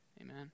Amen